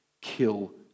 kill